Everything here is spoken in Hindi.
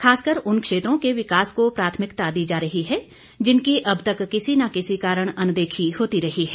खासकर उन क्षेत्रों के विकास को प्राथमिकता दी जा रही है जिनकी अब तक किसी न किसी कारण अनदेखी होती रही है